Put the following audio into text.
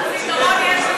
דווקא זיכרון יש לך,